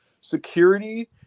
security